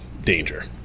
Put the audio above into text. danger